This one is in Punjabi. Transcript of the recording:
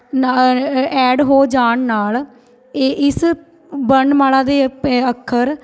ਨਾ ਐਡ ਹੋ ਜਾਣ ਨਾਲ ਇਹ ਇਸ ਵਰਨਮਾਲਾ ਦੇ ਪ ਅੱਖਰ